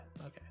Okay